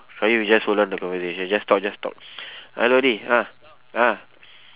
qayyum you just hold on the conversation just talk just talk hello di ah ah